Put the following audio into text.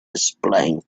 explain